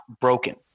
broken